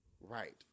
Right